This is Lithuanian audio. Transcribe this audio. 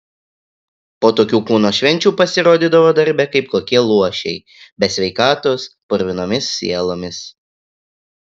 po tokių kūno švenčių pasirodydavo darbe kaip kokie luošiai be sveikatos purvinomis sielomis